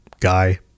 guy